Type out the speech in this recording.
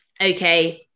okay